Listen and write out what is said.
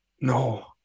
No